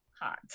Hot